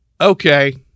okay